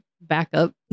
backup